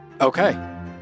Okay